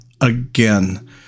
again